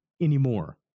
anymore